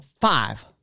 five